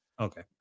Okay